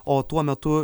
o tuo metu